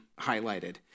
highlighted